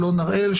אלון הראל,